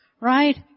Right